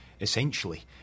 Essentially